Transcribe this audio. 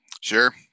Sure